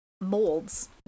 molds